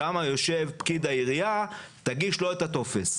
שם יושב פקיד העירייה ותגיש לו את הטופס.